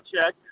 check